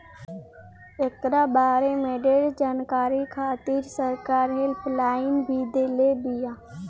एकरा बारे में ढेर जानकारी खातिर सरकार हेल्पलाइन भी देले बिया